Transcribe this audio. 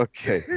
Okay